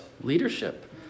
leadership